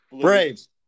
Braves